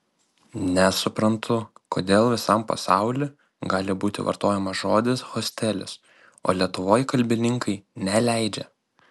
nesuprantu kodėl visam pasauly gali būti vartojamas žodis hostelis o lietuvoj kalbininkai neleidžia